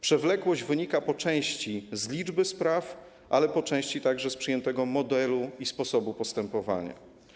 Przewlekłość wynika po części z liczby spraw, ale po części także z przyjętego modelu i sposobu postępowania.